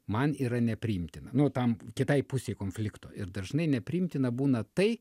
man yra nepriimtina nu tam kitai pusei konflikto ir dažnai nepriimtina būna tai